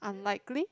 unlikely